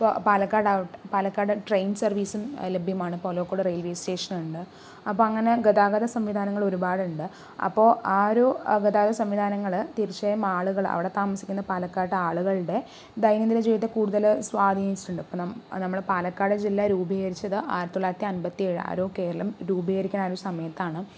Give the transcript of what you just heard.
ഇപ്പൊ പാലക്കാട് ആവട്ടെ പാലക്കാട് ട്രെയിൻ സർവീസും ലഭ്യമാണ് പാലക്കാട് റെയിൽവേ സ്റ്റേഷനുണ്ട് അപ്പോൾ അങ്ങനെ ഗതാഗത സംവിധാനങ്ങൾ ഒരുപാടുണ്ട് അപ്പോൾ ആരോ ഗതാഗത സംവിധാനങ്ങൾ തീർച്ചയായും ആളുകൾ അവിടെ താമസിക്കുന്ന പാലക്കാട്ട് ആളുകളുടെ ദൈനംദിന ജീവിതത്തെ കൂടുതൽ സ്വാധീനിച്ചിട്ടുണ്ട് ഇപ്പോൾ നം നമ്മൾ പാലക്കാട് ജില്ല രൂപീകരിച്ചത് ആയിരത്തി തൊള്ളായിരത്തി അമ്പത്തേഴ് ആരോ കേരളം രൂപീകരിക്കുന്ന ആ ഒരു സമയത്താണ്